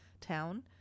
town